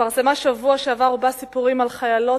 שהתפרסמה בשבוע שעבר ובה סיפורים של חיילות